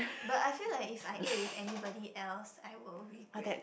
but I feel like if I ate with anybody else I will regret